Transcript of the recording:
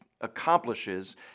accomplishes